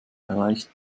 erreicht